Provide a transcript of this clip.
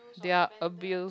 they are abuse